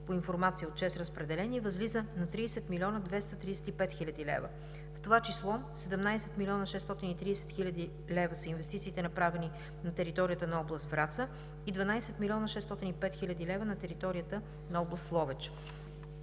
по информация от „ЧЕЗ Разпределение“ възлиза на 30 млн. 235 хил. лв., в това число – 17 млн. 630 хил. лв. са инвестициите, направени на територията на област Враца, и 12 млн. 605 хил. лв. на територията на област Ловеч.